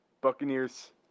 Buccaneers